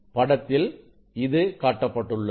படத்தில் இது காட்டப்பட்டுள்ளது